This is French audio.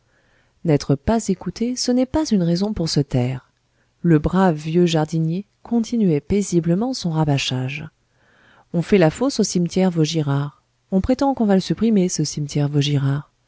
n'être pas écouté ce n'est pas une raison pour se taire le brave vieux jardinier continuait paisiblement son rabâchage on fait la fosse au cimetière vaugirard on prétend qu'on va le supprimer ce cimetière vaugirard